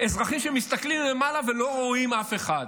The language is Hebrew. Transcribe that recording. אזרחים שמסתכלים למעלה ולא רואים אף אחד.